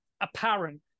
apparent